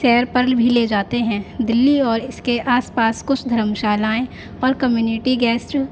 سر پر بھی لے جاتے ہیں دلی اور اس کے آس پاس کچھ دھرمشالائیں اور کمیونٹی گیسٹ